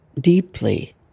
deeply